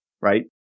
Right